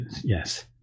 Yes